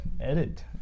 edit